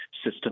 system